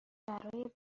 برای